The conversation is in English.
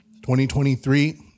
2023